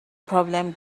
problem